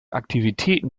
aktivitäten